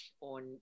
on